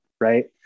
right